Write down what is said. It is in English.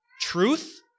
truth